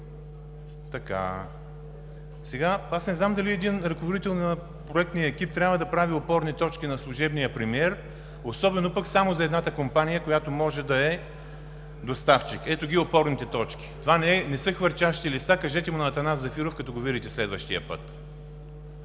Не знам дали ръководител на проектния екип трябва да прави опорни точки на служебния премиер, особено пък само за едната компания, която може да е доставчик. Ето ги опорните точки. (Показва.) Това не са хвърчащи листа. Кажете му на Атанас Зафиров, като го видите следващия път.